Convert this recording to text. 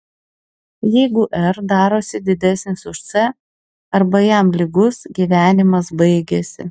jeigu r darosi didesnis už c arba jam lygus gyvenimas baigiasi